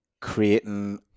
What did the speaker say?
creating